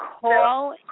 call